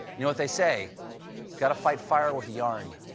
you know what they say gotta fight fire with yarn.